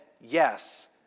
yes